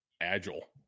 agile